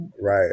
right